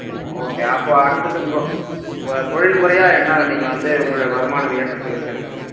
ம் ஓகே அப்போது அடுத்தது உங்கள் உங்கள் தொழில்முறையாக என்ன நீங்கள் வந்து உங்களுடைய வருமான ஏற்றத்துக்கு வைச்சிருக்கீங்க